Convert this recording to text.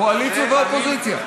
קואליציה ואופוזיציה.